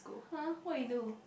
!huh! what you do